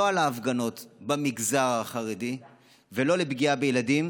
לא על ההפגנות במגזר החרדי ולא על הפגיעה בילדים